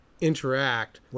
interact